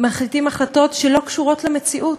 ומחליטים החלטות שלא קשורות למציאות,